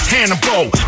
Hannibal